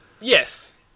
Yes